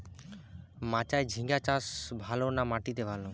মাচায় ঝিঙ্গা চাষ ভালো না মাটিতে ভালো?